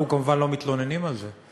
אנחנו כמובן לא מתלוננים על זה,